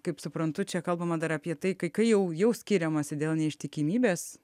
kaip suprantu čia kalbama dar apie tai kaikai jau jau skiriamasi dėl neištikimybės